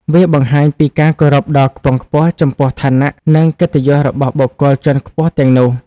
វាបង្ហាញពីការគោរពដ៏ខ្ពង់ខ្ពស់ចំពោះឋានៈ និងកិត្តិយសរបស់បុគ្គលជាន់ខ្ពស់ទាំងនោះ។